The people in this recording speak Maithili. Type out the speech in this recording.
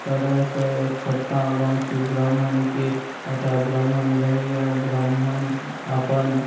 तरहसँ एक छोटका गाम छी ब्राह्मणके ओतऽ ब्राह्मण रहैए ब्राह्मण अपन